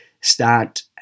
start